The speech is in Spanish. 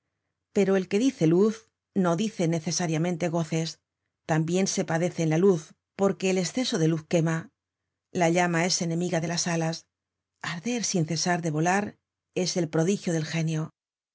pero el que dice luz no dice necesariamente goces tambien se padece en la luz porque el esceso quema la llama es enemiga de las alas arder sin cesar de volar es el prodigio del genio